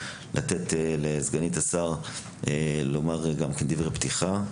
לתת לסגנית השר לומר דברי פתיחה,